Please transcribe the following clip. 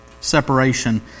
separation